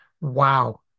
wow